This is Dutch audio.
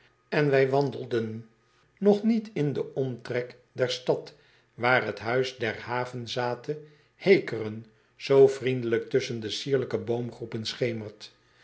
n wij wandelden nog niet in den omtrek der stad waar het huis der havezathe e e c k e r e n zoo vriendelijk tusschen de sierlijke boomgroepen schemert